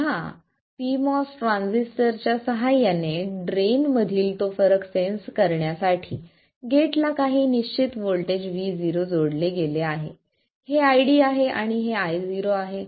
पुन्हा pMOS ट्रान्झिस्टरच्या सहाय्याने ड्रेन मधील तो फरक सेंन्स करण्यासाठी गेटला काही निश्चित व्होल्टेज VG0 जोडले गेले आहे हे ID आहे आणि हे Io आहे